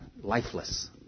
lifeless